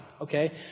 okay